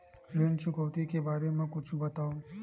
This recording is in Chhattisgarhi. ऋण चुकौती के बारे मा कुछु बतावव?